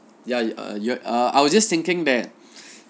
ya err you're err I was just thinking that